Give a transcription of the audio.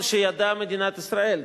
שידעה מדינת ישראל.